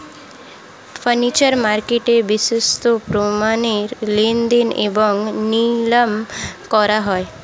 future মার্কেটে ভবিষ্যতের পণ্য লেনদেন এবং নিলাম করা হয়